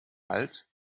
halt